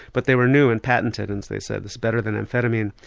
but they were new and patented and as they said it's better than amphetamine.